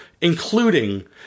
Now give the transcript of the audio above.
Including